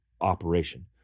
operation